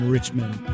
Richmond